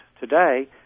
today